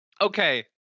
okay